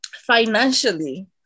financially